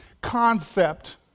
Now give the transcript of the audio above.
concept